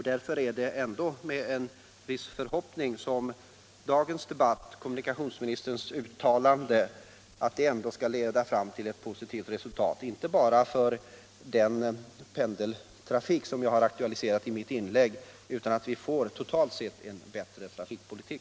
Därför har jag ändå efter dagens debatt vissa förhoppningar inte bara beträffande den pendeltrafik som jag har aktualiserat i mitt inlägg utan också om en totalt sett bättre trafikpolitik.